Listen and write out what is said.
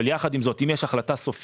יחד עם זאת, אם יש החלטה סופית